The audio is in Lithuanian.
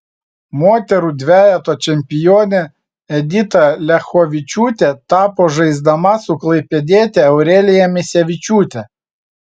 moterų dvejeto čempione edita liachovičiūtė tapo žaisdama su klaipėdiete aurelija misevičiūte